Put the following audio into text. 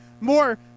more